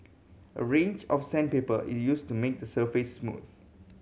a range of sandpaper is used to make the surface smooth